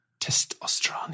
Testosterone